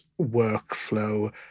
workflow